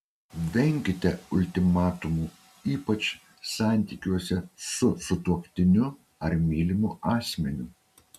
venkite ultimatumų ypač santykiuose su sutuoktiniu ar mylimu asmeniu